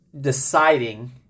deciding